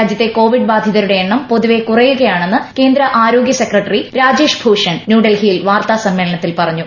രാജ്യത്തെ കോവിഡ് ബാധിതരുടെ എണ്ണം പൊതുവെ കുറയുകയാണെന്ന് കേന്ദ്ര ആരോഗൃ സെക്രട്ടറി രാജേഷ് ഭൂഷൺ ന്യൂഡൽഹിയിൽ വാർത്താ സമ്മേളനത്തിൽ പറഞ്ഞു